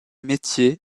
métier